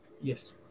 Yes